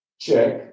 check